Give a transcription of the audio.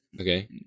Okay